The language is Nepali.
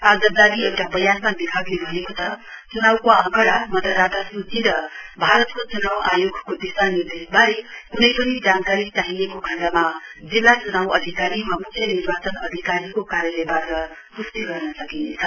आज जारी एउटा बयानमा आयोगले भनेको छ च्नाउको आँकडा मतदान सूची र भारतको च्नाउ आयोगको दिशानिर्देशनबारे क्नै पनि जानकारी चाहिएको खण्डमा जिल्ला चुनाउ अधिकारी वा म्ख्य निर्वाचन अधिकारीको कार्यालयबाट प्ष्टि गर्न सकिनेछ